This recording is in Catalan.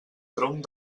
tronc